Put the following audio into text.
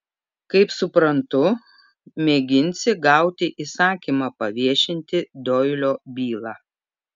kaip suprantu mėginsi gauti įsakymą paviešinti doilio bylą